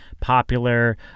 popular